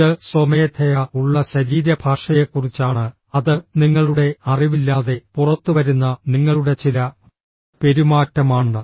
ഇത് സ്വമേധയാ ഉള്ള ശരീരഭാഷയെക്കുറിച്ചാണ് അത് നിങ്ങളുടെ അറിവില്ലാതെ പുറത്തുവരുന്ന നിങ്ങളുടെ ചില പെരുമാറ്റമാണ്